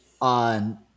on